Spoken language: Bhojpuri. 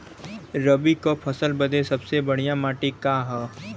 रबी क फसल बदे सबसे बढ़िया माटी का ह?